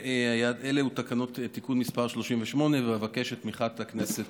אלו תקנות תיקון מס' 38, ואבקש את תמיכת הכנסת